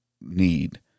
need